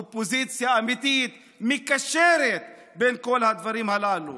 אופוזיציה אמיתית מקשרת בין כל הדברים הללו.